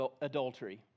adultery